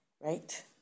right